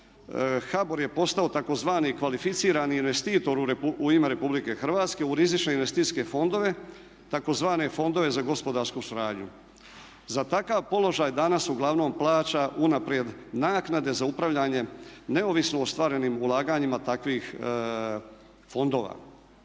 HBOR je postao tzv. kvalificirani investitor u ime RH, u rizične investicijske fondove, tzv. fondove za gospodarsku suradnju. Za takav položaj danas uglavnom plaća unaprijed naknade za upravljanje neovisno ostvarenim ulaganjima takvih fondova.